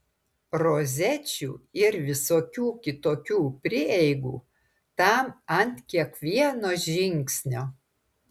rozečių ir visokių kitokių prieigų tam ant kiekvieno žingsnio